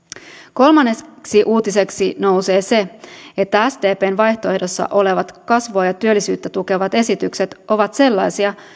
kolmanneksi uutiseksi nousee se että sdpn vaihtoehdossa olevat kasvua ja työllisyyttä tukevat esitykset ovat sellaisia